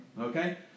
Okay